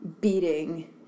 beating